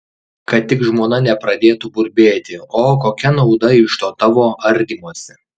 kad tik žmona nepradėtų burbėti o kokia nauda iš to tavo ardymosi